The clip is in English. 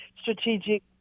strategic